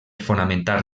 fonamentar